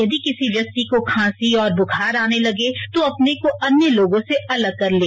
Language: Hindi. यदि किसी व्यक्ति को खांसी और बुखार आने लगे तो अपने को अन्य लोगों से अलग कर लें